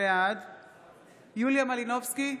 בעד יוליה מלינובסקי,